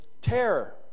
terror